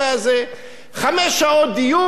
חמש שעות דיון על התת-ספית.